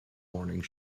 morning